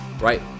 Right